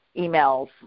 emails